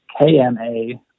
KMA